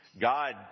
God